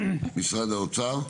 משרד האוצר.